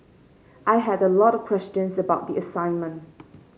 I had a lot of questions about the assignment